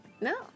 No